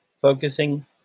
focusing